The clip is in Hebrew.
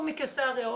הוא מקיסריה,